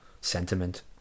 sentiment